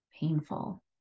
painful